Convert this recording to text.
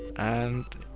and